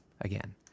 again